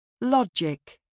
Logic